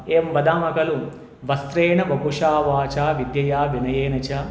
एवं वदामः खलु वस्रेण वपुषा वाचा विद्यया विनयेन च